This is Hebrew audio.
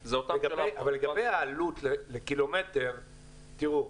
לגבי העלות לקילומטר תראו,